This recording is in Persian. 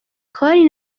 کاری